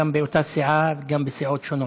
גם באותה סיעה וגם בסיעות שונות,